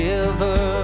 River